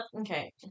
okay